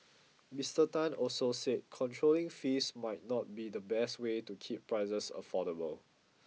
Mister Tan also said controlling fees might not be the best way to keep prices affordable